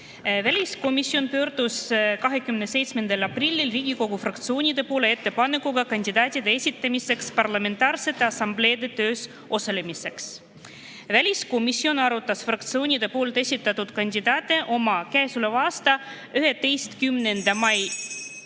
Väliskomisjon pöördus 27. aprillil Riigikogu fraktsioonide poole ettepanekuga kandidaatide esitamiseks parlamentaarse assamblee töös osalemiseks. Väliskomisjon arutas fraktsioonide esitatud kandidaate oma käesoleva aasta 11. mai